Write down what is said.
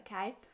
okay